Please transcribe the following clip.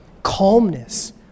Calmness